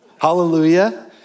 Hallelujah